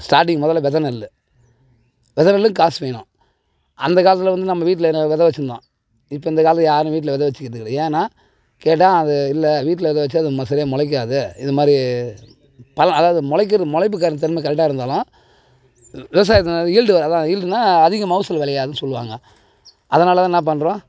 starting முதல்ல வித நெல் வித நெல்லுக்கு காசு வேணும் அந்த காலத்தில் வந்து நம்ம வீட்டில வித வச்சிருந்தோம் இப்போ இந்தக்காலத்தில் யாரும் வீட்டில வித வச்சிக்கிறது கிடையாது ஏன்னா கேட்டால் அது இல்லை வீட்டில எது வச்சாலும் அது சரியாக முளைக்காது இதுமாதிரி பலம் அதாவது முளைக்கறது முளைப்புக்கான தன்மை கரெக்டா இருந்தாலும் விவசாயத்தை ஈல்டு அதுதான் ஈல்டுனால் அதிக மகசூல் விளையாதுன்னு சொல்லுவாங்க அதனால் தான் என்ன பண்ணுறோம்